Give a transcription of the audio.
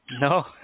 No